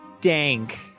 dank